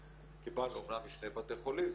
קיבלנו אמנם משני בתי חולים,